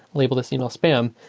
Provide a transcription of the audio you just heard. label this email spam.